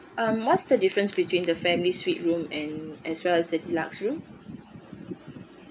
um what's the difference between the family suite room and as well as the deluxe room